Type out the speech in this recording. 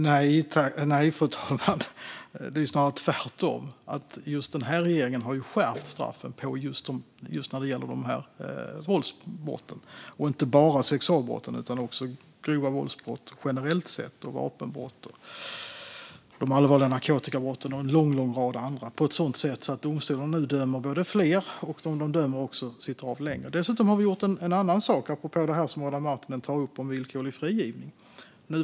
Fru talman! Nej, det är snarare tvärtom. Den här regeringen har skärpt straffen just när det gäller våldsbrotten. Det gäller inte bara sexualbrott utan också grova våldsbrott generellt sett, vapenbrott, allvarliga narkotikabrott och en lång rad andra. Det gör att domstolarna nu dömer fler, och de som döms sitter också längre. Dessutom har vi gjort en annan sak, apropå det som Adam Marttinen tar upp om villkorlig frigivning.